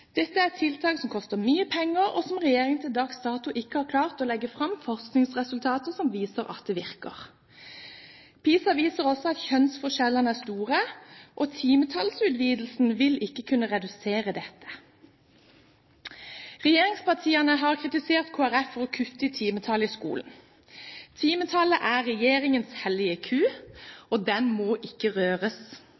Dette er et tiltak som koster mye penger. Regjeringen har til dags dato ikke klart å legge fram forskningsresultater som viser at det virker. PISA viser også at kjønnsforskjellene er store, og at timetallsutvidelsen ikke vil kunne redusere dette. Regjeringspartiene har kritisert Kristelig Folkeparti for å kutte i timetallet i skolen. Timetallet er regjeringens hellige ku,